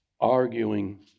arguing